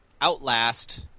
Outlast